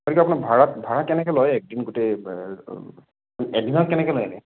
গতিকে আপোনাৰ ভাড়াট ভাড়া কেনেকৈ লয় একদিন গোটেই এদিনত কেনেকৈ লয় এনে